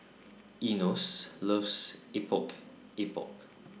Enos loves Epok Epok